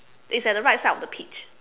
it's at the right side of the peach